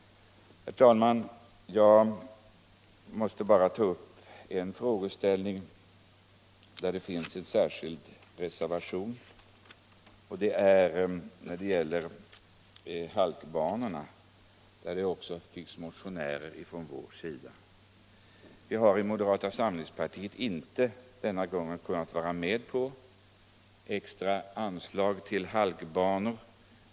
Herr talman! Jag måste också ta upp en frågeställning, som har behandlats i en reservation, nämligen anläggning av halkbanor. Ledamöter från vårt parti har motionerat i frågan. Vi har i moderata samlingspartiet i rådande ekonomiska läge inte denna gång kunnat gå med på extra anslag till halkbanor.